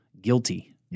guilty